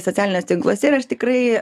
socialiniuos tinkluose ir aš tikrai